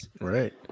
Right